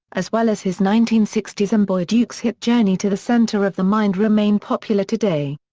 as well as his nineteen sixty s amboy dukes hit journey to the center of the mind remain popular today.